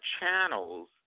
channels